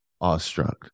awestruck